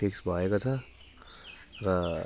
fix भएको छ र